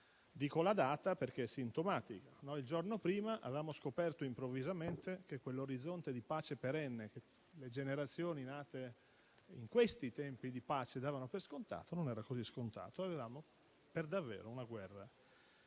Ricordo la data perché è sintomatica. Il giorno prima avevamo scoperto, improvvisamente, che quell'orizzonte di pace perenne, che le generazioni nate in questi tempi di pace davano per scontato, non era così scontato. Avevamo per davvero una guerra